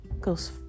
goes